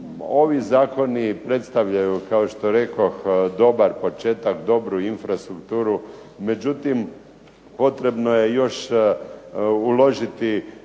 Ovi zakoni predstavljaju kao što rekoh dobar početak, dobru infrastrukturu, međutim potrebno je još uložiti